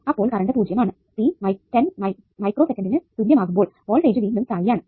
അപ്പോൾ കറണ്ട് 0 ആണ് t 10 micro സെക്കന്റിനു തുല്യം ആകുമ്പോൾ വോൾടേജ് വീണ്ടും സ്ഥായിയാണ്